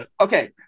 Okay